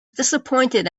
disappointed